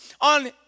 on